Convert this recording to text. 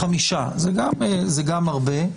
חמישה, זה גם הרבה,